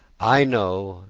i know,